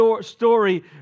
story